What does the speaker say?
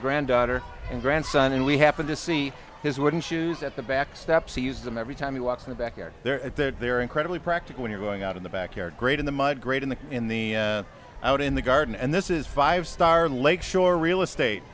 granddaughter and grandson and we happened to see his wooden shoes at the back steps he used them every time he walks in the backyard there at that they're incredibly practical when you're going out in the backyard great in the mud great in the in the out in the garden and this is five star lake shore real estate